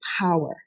power